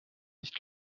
nicht